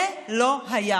זה לא היה,